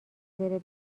بره